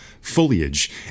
foliage